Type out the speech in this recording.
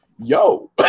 yo